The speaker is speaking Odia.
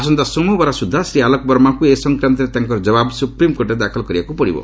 ଆସନ୍ତା ସୋମବାର ସୁଦ୍ଧା ଶ୍ରୀ ଆଲୋକ ବର୍ମାଙ୍କୁ ଏ ସଂକ୍ରାନ୍ତରେ ତାଙ୍କର ଜବାବ ସୁପ୍ରିମକୋର୍ଟରେ ଦାଖଲ କରିବାକୁ ପଡିବ